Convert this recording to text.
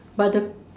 but the